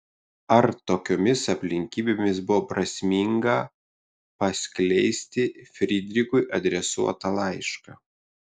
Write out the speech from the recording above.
ar tokiomis aplinkybėmis buvo prasminga paskleisti frydrichui adresuotą laišką